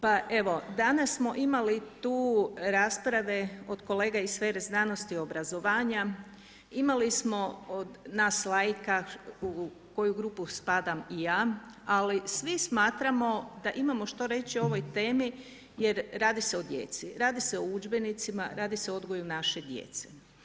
Pa evo, danas smo imali tu raspravi od kolege iz sfere znanosti i obrazovanja, imali smo nas laika, u koju grupu spadam i ja, ali svi smatramo da imamo što reći o ovoj temi jer radi se o djeci, radi se o udžbenicima, radi se o odgoju naše djece.